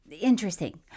interesting